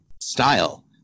style